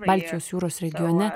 baltijos jūros regione